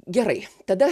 gerai tada